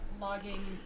logging